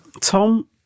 Tom